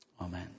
Amen